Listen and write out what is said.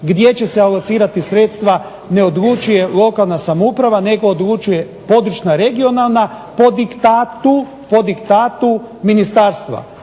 gdje će se alocirati sredstva ne odlučuje lokalna samouprava, nego odlučuje područna regionalna po diktatu ministarstva.